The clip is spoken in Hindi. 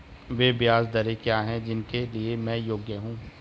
वे ब्याज दरें क्या हैं जिनके लिए मैं योग्य हूँ?